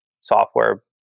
software